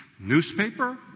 Newspaper